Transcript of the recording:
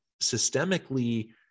systemically